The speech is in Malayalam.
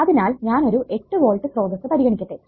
അതിനാൽ ഞാൻ ഒരു 8 വോൾട്ട് സ്രോതസ്സ് പരിഗണിക്കട്ടെ